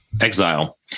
exile